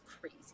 crazy